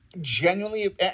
genuinely